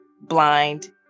Blind